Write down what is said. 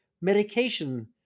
medication